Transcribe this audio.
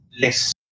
less